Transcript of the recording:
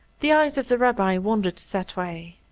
the eyes of the rabbi wandered that way,